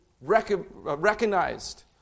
recognized